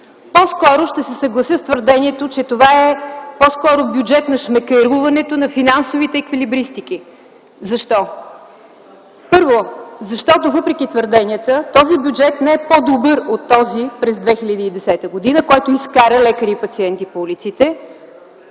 чисто. Ще се съглася с твърдението, че това по-скоро е бюджет на шмекеруването, на финансовите еквилибристики. Защо? Първо, защото въпреки твърденията, този бюджет не е по-добър от този през 2010 г., който изкара лекари и пациенти по улиците.